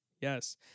Yes